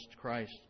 Christ